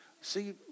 See